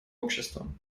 обществом